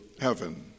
heaven